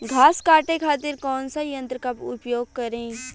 घास काटे खातिर कौन सा यंत्र का उपयोग करें?